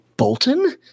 bolton